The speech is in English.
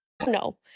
No